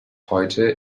heute